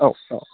औ औ